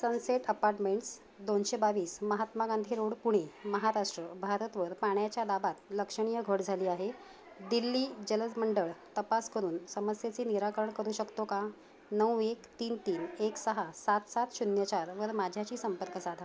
sunset apartments दोनशे बावीस Mahatma Gandhi road Pune Maharashtra भारतवर पाण्याच्या लाभात लक्षणीय घट झाली आहे दिल्ली जलजमंडळ तपास करून समस्येची निराकरण करू शकतो का नऊ एक तीन तीन एक सहा सात सात शून्य चारवर माझ्याशी संपर्क साधा